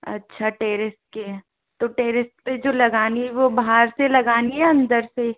अच्छा टेरेस के तो टेरेस पे जो लगानी है वो बाहर से लगानी है या अंदर से